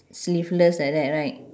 sleeveless like that right